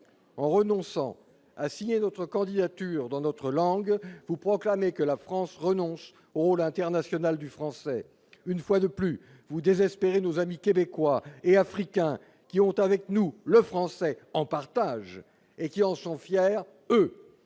En renonçant à signer notre candidature dans notre langue, vous proclamez que la France renonce au rôle international du français. Une fois de plus, vous désespérez nos amis québécois et africains qui ont, avec nous, le français en partage et qui en sont fiers, eux